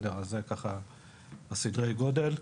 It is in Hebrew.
אלה סדרי הגודל,